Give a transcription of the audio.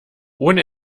ohne